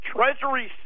Treasury